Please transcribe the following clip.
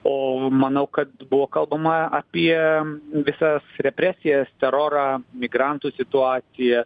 o manau kad buvo kalbama apie visas represijas terorą migrantų situaciją